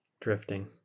drifting